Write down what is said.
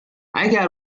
اگر